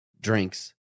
drinks